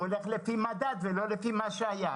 הוא הולך לפי מדד ולא לפי מה שהיה.